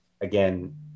again